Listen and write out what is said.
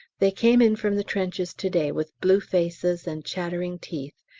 they came in from the trenches to-day with blue faces and chattering teeth,